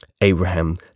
abraham